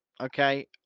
Okay